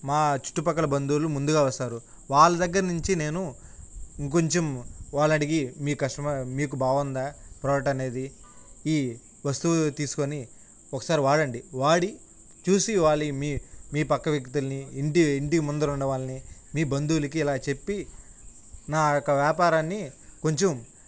మా చుట్టుపక్కల బంధువులు ముందుగా వస్తారు వాళ్ళ దగ్గర నుంచి నేను ఇంకొంచెం వాళ్ళను అడిగి మీ కస్టమర్ మీకు బాగుందా ప్రోడక్ట్ అనేది ఈ వస్తువు తీసుకొని ఒకసారి వాడండి వాడి చూసి వాళ్ళు మీ పక్క వ్యక్తుల్ని ఇంటి ఇంటి ముందరున్న వాళ్ళని మీ బంధువులకి ఇలా చెప్పి నా యొక్క వ్యాపారాన్ని కొంచెం